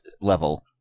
level